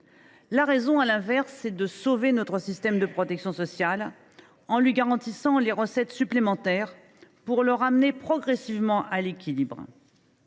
La raison, à l’inverse, c’est de sauver notre système de protection sociale en lui assurant des recettes supplémentaires, afin de le ramener progressivement à l’équilibre.